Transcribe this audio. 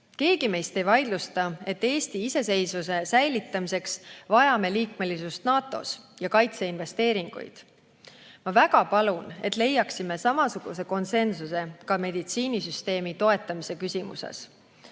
Keegi meist ei vaidlusta, et Eesti iseseisvuse säilitamiseks vajame liikmelisust NATO‑s ja kaitseinvesteeringuid. Ma väga palun, et leiaksime samasuguse konsensuse ka meditsiinisüsteemi toetamisel, et